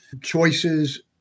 Choices